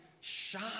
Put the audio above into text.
shine